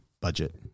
budget